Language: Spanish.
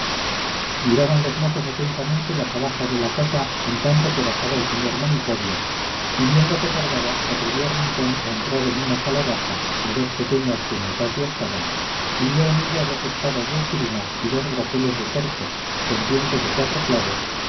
miraban los mozos atentamente las alhajas de la casa en tanto que bajaba el señor monipodio y viendo que tardaba se atrevió rincón a entrar en una sala baja de dos pequeñas que en el patio estaban y vio en ella dos espadas de esgrima y dos broqueles de corcho pendientes de cuatro clavos